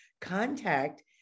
contact